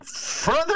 further